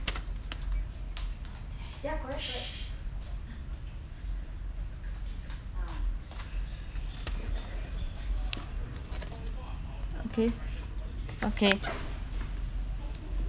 okay okay